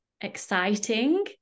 exciting